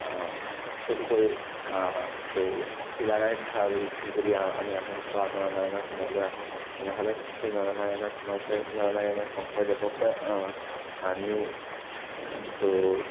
তদুপৰি ত' চিলাৰায় কথা যদি আমি আহোঁ বা নৰনাৰায়ণৰ সময়লৈ আহোঁ তেনেহ'লে সেই নৰনাৰায়ণৰ সময়তে নৰনাৰায়ণে শংকৰদেৱকে আনি ত'